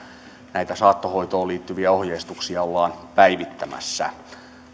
näitä saattohoitoon liittyviä ohjeistuksia ollaan päivittämässä